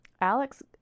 Alex